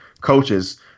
coaches